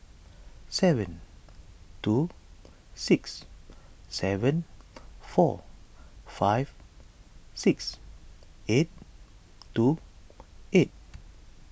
seven two six seven four five six eight two eight